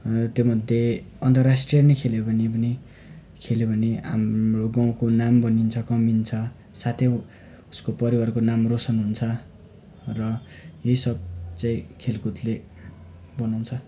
त्योमध्ये अन्तर्राष्टिय नै खेल्यो भने पनि खेल्यो भने हाम्रो गाउँको नाम बनिन्छ कमिन्छ साथै उसको परिवारको नाम रोसन हुन्छ र यही सब चाहिँ खेलकुदले बनाउँछ